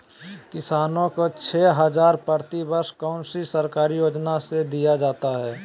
किसानों को छे हज़ार प्रति वर्ष कौन सी सरकारी योजना से दिया जाता है?